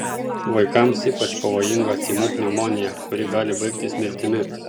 vaikams ypač pavojinga tymų pneumonija kuri gali baigtis mirtimi